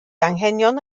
anghenion